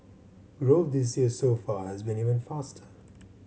growth this year so far has been even faster